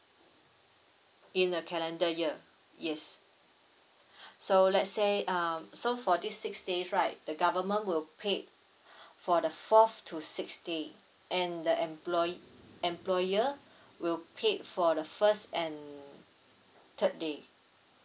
in a calendar year yes so let's say um so for this six days right the government will paid for the fourth to sixth day and the employ~ employer will paid for the first and third day